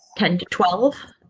ten to twelve,